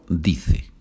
dice